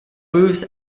moves